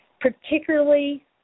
particularly